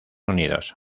unidos